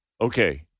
Okay